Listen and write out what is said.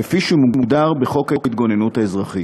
כפי שמוגדר בחוק ההתגוננות האזרחית.